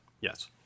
Yes